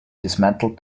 dismantled